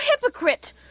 hypocrite